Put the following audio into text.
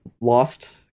lost